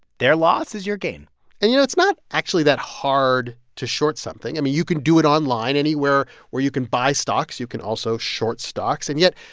their loss is your gain and, you know, it's not actually that hard to short something. i mean, you can do it online. anywhere where you can buy stocks, you can also short stocks. and yet,